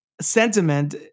sentiment